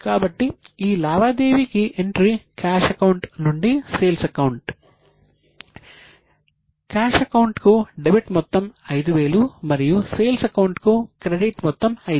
కాబట్టి ఈ లావాదేవీకి ఎంట్రీ క్యాష్ అకౌంట్ కు క్రెడిట్ మొత్తం 5000